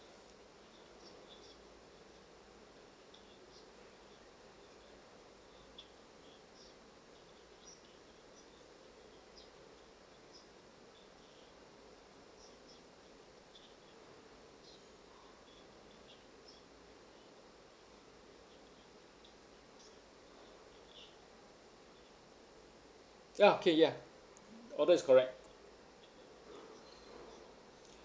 ya okay ya order is correct